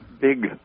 big